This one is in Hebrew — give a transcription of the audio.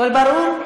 הכול ברור?